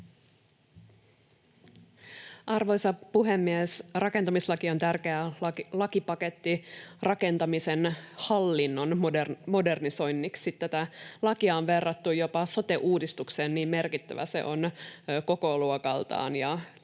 Arvoisa puhemies! Rakentamislaki on tärkeä lakipaketti rakentamisen hallinnon modernisoinniksi. Tätä lakia on verrattu jopa sote-uudistukseen, niin merkittävä se on kokoluokaltaan,